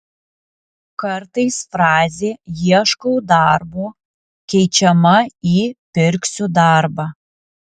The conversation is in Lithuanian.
kartais frazė ieškau darbo keičiama į pirksiu darbą